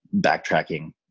backtracking